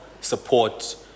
support